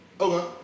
Okay